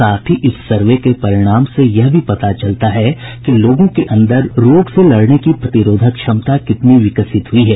साथ ही इस सर्वे के परिणाम से यह भी पता चलता है कि लोगों के अंदर रोग से लड़ने की प्रतिरोधक क्षमता कितनी विकसित हुई है